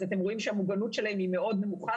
אתם רואים שהמוגנות שלהם היא מאוד נמוכה.